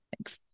Thanks